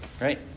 right